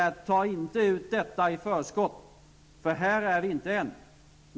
Ta inte ut detta i förskott! Vi är inte där än.